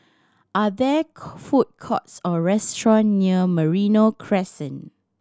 are there food courts or restaurants near Merino Crescent